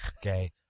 okay